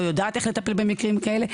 היא לא יודעת איך לטפל במקרים כאלה.